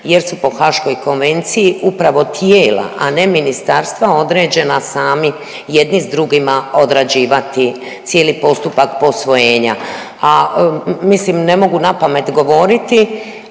jer su po Haaškoj konvenciji upravo tijela, a ne ministarstva određena sami jedni s drugima odrađivati cijeli postupak posvojenja. A mislim ne mogu napamet govorit,